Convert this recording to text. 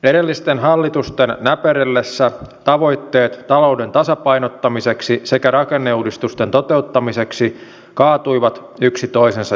edellisten hallitusten näperrellessä tavoitteet talouden tasapainottamiseksi sekä rakenneuudistusten toteuttamiseksi kaatuivat yksi toisensa jälkeen